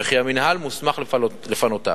וכי המינהל מוסמך לפנותם.